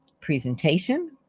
presentation